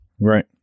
Right